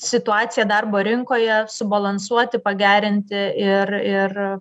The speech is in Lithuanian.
situaciją darbo rinkoje subalansuoti pagerinti ir ir